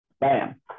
bam